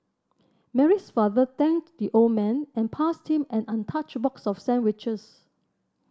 Mary's father thanked the old man and passed him an untouched box of sandwiches